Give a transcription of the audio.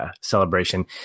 celebration